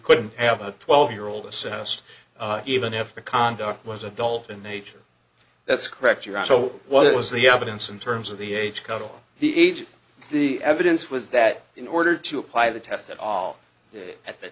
couldn't have a twelve year old assess even if the conduct was adult in nature that's correct you're right so what was the evidence in terms of the age cutoff the age the evidence was that in order to apply the test at all that